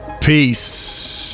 Peace